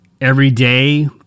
everyday